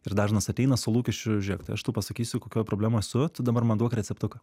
ir dažnas ateina su lūkesčiu žėk tai aš tau pasakysiu kokioj problemoj esu tu dabar man duok receptuką